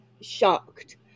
shocked